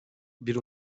bir